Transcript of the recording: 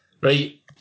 Right